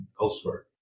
elsewhere